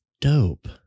Dope